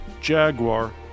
Jaguar